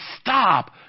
stop